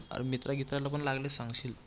मित्रा गित्रांना पन लागले सांगशील